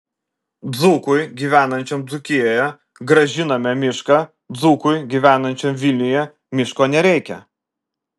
dzūkui gyvenančiam dzūkijoje grąžiname mišką dzūkui gyvenančiam vilniuje miško nereikia